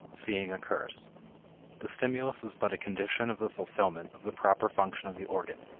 seeing occurs the stimulus is but a condition of the fulfillment of the proper function of the organ,